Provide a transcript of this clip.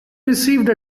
received